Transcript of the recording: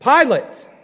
Pilate